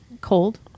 Cold